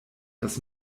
dass